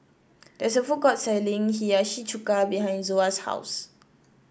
there is a food court selling Hiyashi Chuka behind Zoa's house